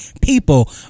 people